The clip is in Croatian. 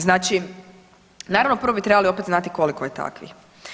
Znači, naravno prvo bi trebali opet znati koliko je takvih.